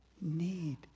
need